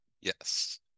Yes